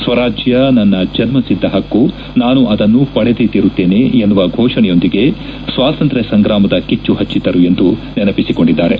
ಸ್ವರಾಜ್ಯ ನನ್ನ ಜನ್ನ ಸಿದ್ದ ಹಕ್ಕು ನಾನು ಅದನ್ನು ಪಡೆದೇ ತೀರುತ್ತೇನೆ ಎನ್ನುವ ಘೋಷಣೆಯೊಂದಿಗೆ ಸ್ನಾತಂತ್ರ್ನ ಸಂಗ್ರಾಮದ ಕಿಬ್ಲು ಹಚ್ಚಿದ್ದರು ಎಂದು ನೆನಪಿಸಿಕೊಂಡಿದ್ದಾರೆ